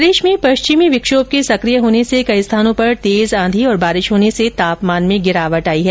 प्रदेश में पश्चिमी विक्षोम के सकिय होने से कई स्थानों पर तेज आंधी और बारिश होने से तापमान में गिरावट आई है